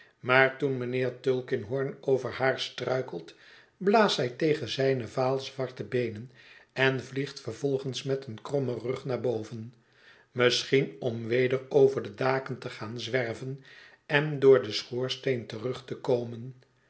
maar toen mijnheer tulkinghorn over haar struikelt blaast zij tegen zijne vaal zwarte beenen en vliegt vervolgens met een krommen rug naar boven misschien om weder over de daken te gaan zwerven en door den schoorsteen terug te komen